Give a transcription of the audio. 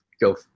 go